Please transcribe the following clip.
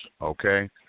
okay